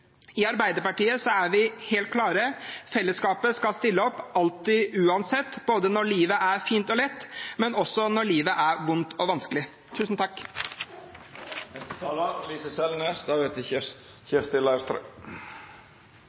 I Arbeiderpartiet er vi helt klare: Felleskapet skal stille opp alltid, uansett – både når livet er fint og lett, og også når livet er vondt og vanskelig.